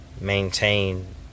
maintain